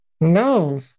No